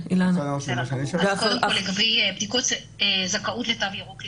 קודם כל, לגבי בדיקות זכאות לתו ירוק לילדים,